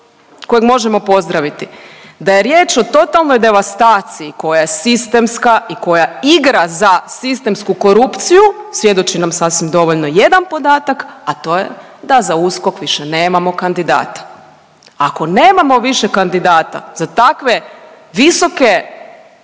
kojeg možemo pozdraviti. Da je riječ o totalnoj devastaciji koja je sistemska i koja igra za sistemsku korupciju, svjedoči nam sasvim dovoljno jedan podatak, a to je da za USKOK više nemamo kandidata. Ako nemamo više kandidata za takve visoke